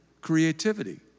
creativity